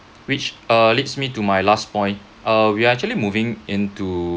which uh leads me to my last point uh we are actually moving into